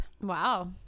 Wow